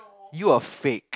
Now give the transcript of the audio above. you are fake